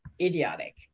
idiotic